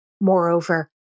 Moreover